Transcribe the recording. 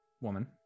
woman